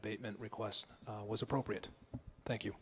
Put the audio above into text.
abatement request was appropriate thank you